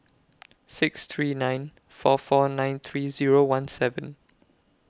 six three nine four four nine three Zero one seven